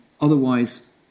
otherwise